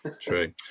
true